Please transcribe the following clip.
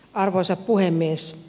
arvoisa puhemies